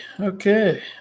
Okay